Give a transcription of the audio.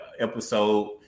episode